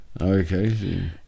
Okay